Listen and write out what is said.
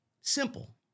Simple